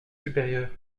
supérieur